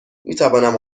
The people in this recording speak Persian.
میتوانم